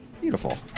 beautiful